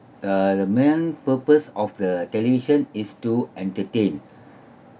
the main purpose of the television is to entertain